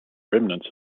remnants